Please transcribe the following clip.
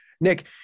Nick